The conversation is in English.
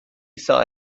saw